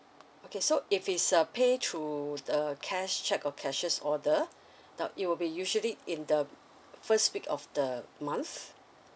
okay so if it's uh pay through with uh cash cheque or cashier's order now it will be usually in the first week of the month